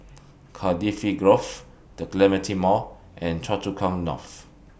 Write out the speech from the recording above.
Cardifi Grove The Clementi Mall and Choa Chu Kang North